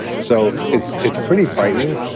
so, it's it's pretty frightening,